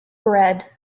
bread